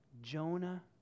Jonah